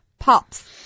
Pops